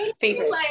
favorite